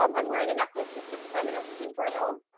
um i'm wearing a necklace that says feminist in braille.